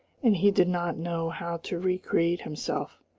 and he did not know how to recreate himself.